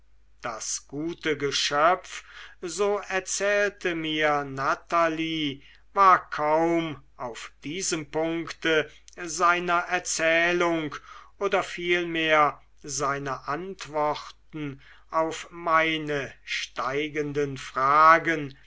das gute geschöpf so erzählte mir natalie war kaum auf diesem punkte seiner erzählung oder vielmehr seiner antworten auf meine steigenden fragen